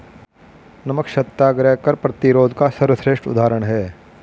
नमक सत्याग्रह कर प्रतिरोध का सर्वश्रेष्ठ उदाहरण है